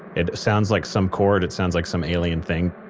it sounds like some chord, it sounds like some alien thing.